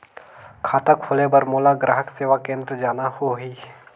खाता खोले बार मोला ग्राहक सेवा केंद्र जाना होही?